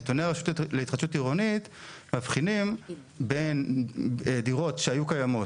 נתוני הרשות להתחדשות עירונית מבחינים בין דירות שהיו קיימות,